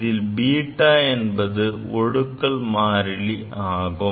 இதில் பீட்டா என்பது ஒடுக்கல் மாறிலி ஆகும்